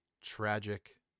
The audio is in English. tragic